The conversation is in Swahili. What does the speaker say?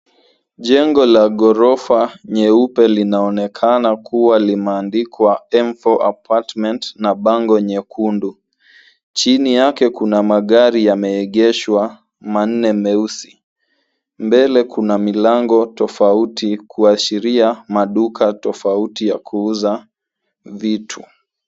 Jengo la ghorofa nyeupe linaonekana kuwa limeandikwa M4 Apartment na bango nyekundu. Chini yake kuna magari yameegeshwa manne meusi, mbele kuna milango tofauti kuashiria maduka tofauti ya kuuza vitu.